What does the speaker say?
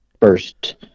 first